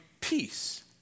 peace